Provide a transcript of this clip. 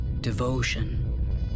Devotion